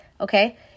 okay